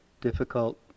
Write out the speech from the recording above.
difficult